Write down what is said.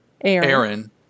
Aaron